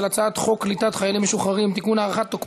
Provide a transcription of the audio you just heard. הצעת חוק קליטת חיילים משוחררים (תיקון,